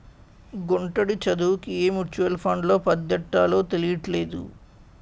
గుంటడి చదువుకి ఏ మ్యూచువల్ ఫండ్లో పద్దెట్టాలో తెలీట్లేదు